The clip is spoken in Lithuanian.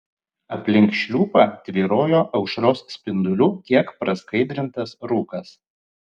aplink šliupą tvyrojo aušros spindulių kiek praskaidrintas rūkas